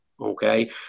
Okay